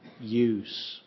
use